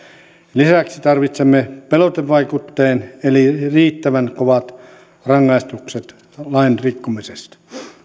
lisäksi tarvitsemme pelotevaikutteen eli riittävän kovat rangaistukset lain rikkomisesta